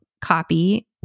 copy